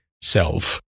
self